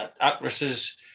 actresses